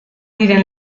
diren